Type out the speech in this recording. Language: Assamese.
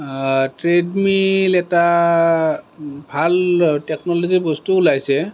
ট্ৰেডমিল এটা ভাল টেকনলজিৰ বস্তু ওলাইছে